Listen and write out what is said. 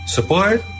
Support